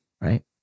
Right